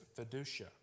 fiducia